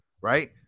right